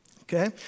Okay